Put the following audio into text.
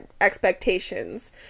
expectations